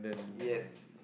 yes